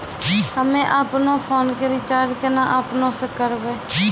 हम्मे आपनौ फोन के रीचार्ज केना आपनौ से करवै?